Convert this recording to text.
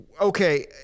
Okay